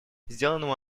сделанному